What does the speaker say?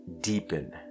deepen